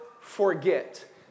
forget